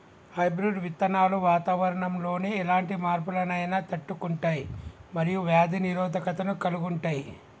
hybrid విత్తనాలు వాతావరణంలోని ఎలాంటి మార్పులనైనా తట్టుకుంటయ్ మరియు వ్యాధి నిరోధకతను కలిగుంటయ్